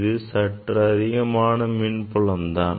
இது சற்று அதிகமான மின்புலம் தான்